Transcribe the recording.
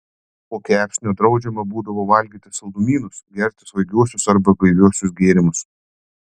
po kepsnio draudžiama būdavo valgyti saldumynus gerti svaigiuosius arba gaiviuosius gėrimus